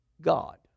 God